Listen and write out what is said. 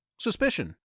suspicion